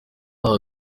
aha